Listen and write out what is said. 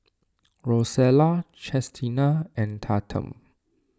Rosella Chestina and Tatum